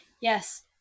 Yes